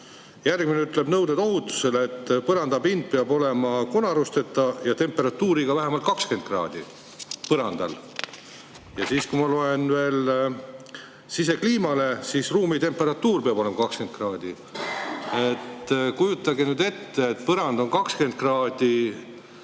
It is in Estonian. Järgmine, nõuded ohutusele, ütleb, et põrandapind peab olema konarusteta ja temperatuuriga vähemalt 20 kraadi – põrandal! Ja ma loen veel [nõudeid] sisekliimale, ruumi temperatuur peab olema 20 kraadi. Kujutage nüüd ette, põrandal on 20 kraadi.